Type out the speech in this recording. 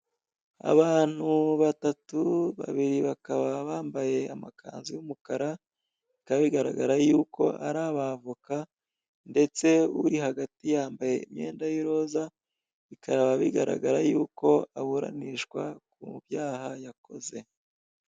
Abantu batatu babiri bakaba bambaye amakanzu y'umukara bikaba bigaragara yuko ari abavoka ndetse uri hagati yambaye umwenda w'iroza bikaba bigaragara yuko aburanishwa ku byaha yakoze.